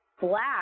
black